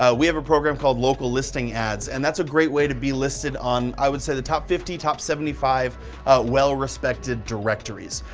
ah we have a program called local listing ads, and that's a great way to be listed on, i would say the top fifty, top seventy five well-respected directories.